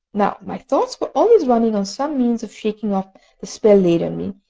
now my thoughts were always running on some means of shaking off the spell laid on me,